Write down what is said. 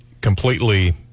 completely